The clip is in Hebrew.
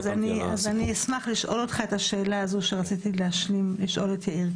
אז אני אשמח לשאול אותך את השאלה הזו שרציתי לשאול את יאיר,